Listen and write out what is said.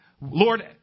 Lord